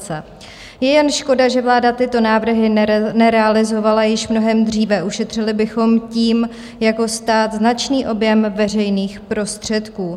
Je jen škoda, že vláda tyto návrhy nerealizovala již mnohem dříve, ušetřili bychom tím jako stát značný objem veřejných prostředků.